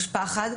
יש פחד.